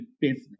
business